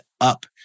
up